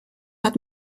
had